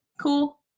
cool